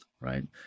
right